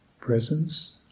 presence